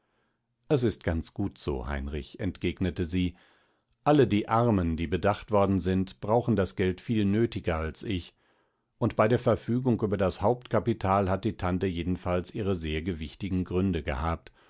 es ist ganz gut so heinrich entgegnete sie alle die armen die bedacht worden sind brauchen das geld viel nötiger als ich und bei der verfügung über das hauptkapital hat die tante jedenfalls ihre sehr gewichtigen gründe gehabt